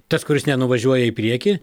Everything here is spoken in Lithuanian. tas kuris nenuvažiuoja į priekį